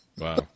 Wow